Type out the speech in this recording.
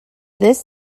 this